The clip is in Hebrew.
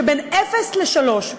בין אפס לשלוש,